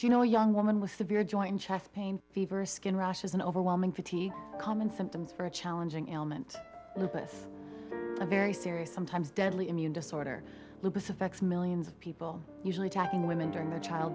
do you know young woman with the beard join chest pain fever skin rashes an overwhelming fatigue common symptoms for a challenging ailment lupus a very serious sometimes deadly immune disorder lupus affects millions of people usually talking women during the child